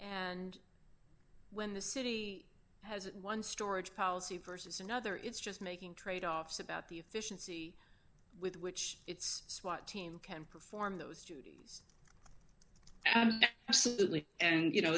and when the city has one storage policy versus another it's just making tradeoffs about the efficiency with which its swat team can perform those and